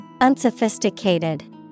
Unsophisticated